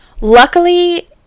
luckily